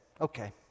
okay